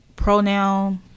pronoun